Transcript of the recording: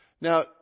Now